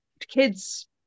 kids